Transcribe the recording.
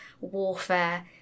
warfare